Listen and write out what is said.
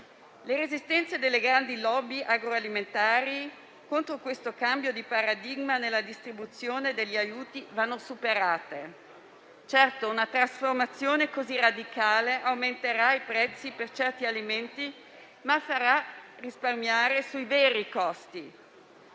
Le resistenze delle grandi *lobby* agroalimentari contro questo cambio di paradigma nella distribuzione degli aiuti vanno superate. Certo, una trasformazione così radicale aumenterà i prezzi di certi alimenti, ma farà risparmiare sui veri costi.